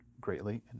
greatly